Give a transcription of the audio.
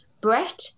Brett